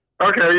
Okay